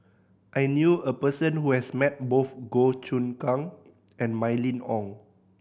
I knew a person who has met both Goh Choon Kang and Mylene Ong